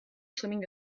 swimming